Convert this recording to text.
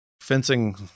fencing